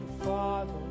father